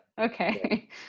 okay